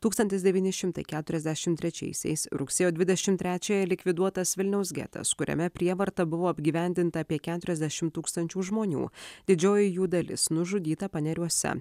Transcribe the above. tūkstantis devyni šimtai keturiasdešimt trečiaisiais rugsėjo dvidešimt trečiąją likviduotas vilniaus getas kuriame prievarta buvo apgyvendinta apie keturiasdešimt tūkstančių žmonių didžioji jų dalis nužudyta paneriuose